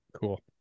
cool